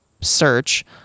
search